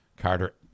Carter